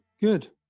Good